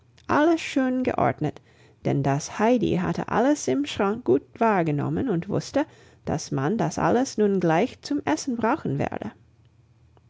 alles schön geordnet denn das heidi hatte alles im schrank gut wahrgenommen und wusste dass man das alles nun gleich zum essen brauchen werde